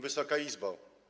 Wysoka Izbo!